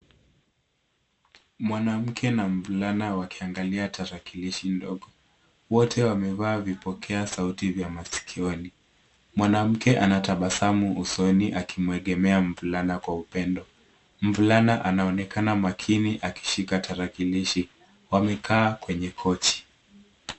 Mwanamke na mvulana wakiangalia tarakilishi ndogo, wote wamevaa vipokeasauti vya masikioni. Mwanamke anatabasamu usoni akimwegemea mvulana kwa upendo. Mvulana anaonekana makini akishika tarakilishi. Wamekaa kwenye kochi.